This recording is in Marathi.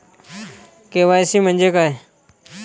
के.वाय.सी म्हंजे काय?